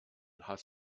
hass